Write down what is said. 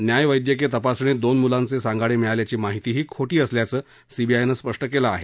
न्यायवैद्यकीय तपासणीत दोन मुलांचे सांगाडे मिळाल्याची माहितीही खोटी असल्याचं सीबीआयनं म्हटलं आहे